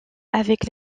avec